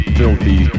filthy